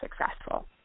successful